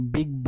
Big